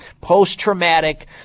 post-traumatic